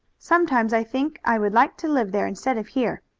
sometimes i think i would like to live there instead of here.